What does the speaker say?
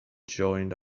joined